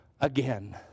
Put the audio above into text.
again